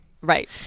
Right